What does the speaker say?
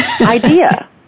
idea